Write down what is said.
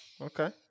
Okay